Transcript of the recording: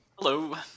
Hello